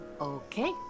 Okay